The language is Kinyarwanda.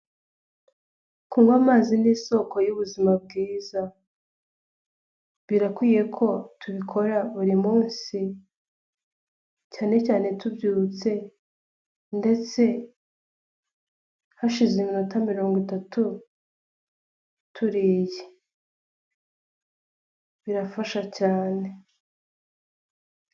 Kunywa amazi ni isoko y'ubuzima bwiza, birakwiye ko tubikora buri munsi, cyane tubyutse ndetse hashize iminota mirongo itatu turiye birafasha cyane.